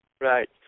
Right